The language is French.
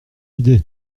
idée